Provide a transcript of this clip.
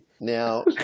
now